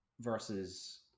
versus